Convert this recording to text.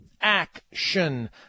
Action